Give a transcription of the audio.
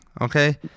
Okay